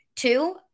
Two